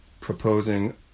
proposing